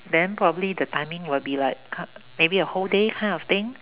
then probably the timing will be like come maybe a whole day kind of thing